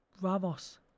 Ramos